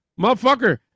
motherfucker